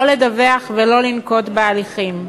לא לדווח ולא לנקוט הליכים.